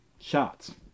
shots